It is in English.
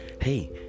hey